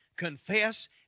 confess